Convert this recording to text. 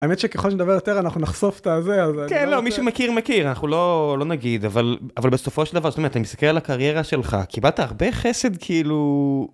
האמת שככל שנדבר יותר אנחנו נחשוף את הזה, אז, כן, לא, מי שמכיר מכיר אנחנו לא לא נגיד, אבל אבל בסופו של דבר זאת אומרת אני מסתכל על הקריירה שלך קיבלת הרבה חסד כאילו.